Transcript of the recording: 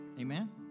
Amen